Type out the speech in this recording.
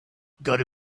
gotta